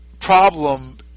problem